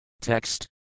Text